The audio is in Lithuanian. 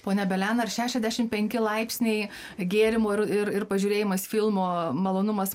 ponia belian ar šešiasdešim penki laipsniai gėrimo ir ir ir pažiūrėjimas filmo malonumas